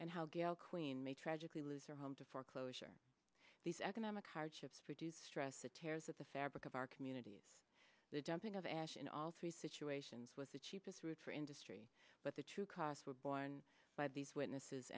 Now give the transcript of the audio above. and how gail queen may tragically lose their home to foreclosure these economic hardships produce stress that tears at the fabric of our communities the dumping of ash in all three situations was the cheapest route for industry but the true costs were borne by these witnesses